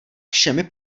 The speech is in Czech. všemi